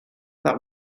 that